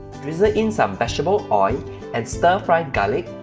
drizzle in some vegetable ah and stir-fry garlic,